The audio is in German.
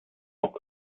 auch